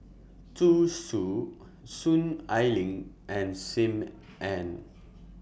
Zhu Xu Soon Ai Ling and SIM Ann